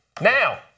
Now